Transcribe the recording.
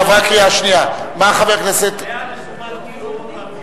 היה מסומן כאילו עוד פעם,